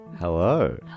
Hello